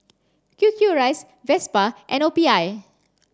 Q Q rice Vespa and O P I